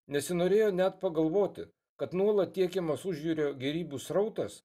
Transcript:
nesinorėjo net pagalvoti kad nuolat tiekimas užjūrio gėrybių srautas